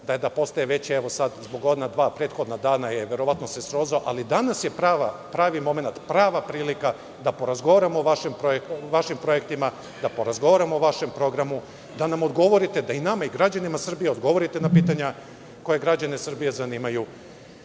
da postaje veći. Sada se zbog ona dva prethodna dana verovatno srozao, ali danas je pravi momenat, prava prilika da porazgovaramo o vašim projektima, da porazgovaramo o vašem programu, da nam odgovorite da i nama i građanima Srbije odgovorite na pitanja koja građane Srbije zanimaju,